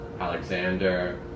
Alexander